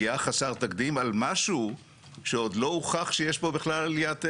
פגיעה חסרת תקדים על משהו שעוד לא הוכח שיש פה בכלל עליית ערך.